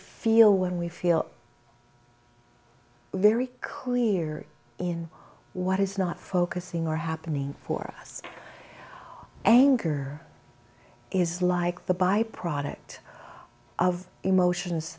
feel when we feel very clear in what is not focusing or happening for us anger is like the byproduct of emotions